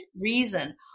reason